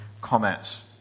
comments